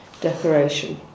decoration